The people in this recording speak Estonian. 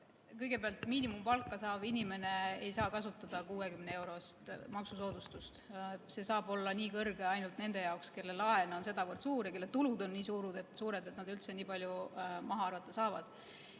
Kõigepealt, miinimumpalka saav inimene ei saa kasutada 60‑eurost maksusoodustust. See saab olla nii kõrge ainult nende jaoks, kelle laen on sedavõrd suur ja kelle tulud on nii suured, et nad üldse nii palju maha arvata saavad.